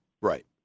Right